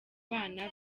bana